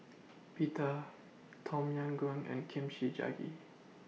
Pita Tom Yam Goong and Kimchi Jjigae